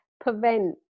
prevent